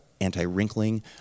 anti-wrinkling